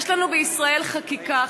יש לנו בישראל חקיקה,